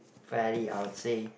fairly I would say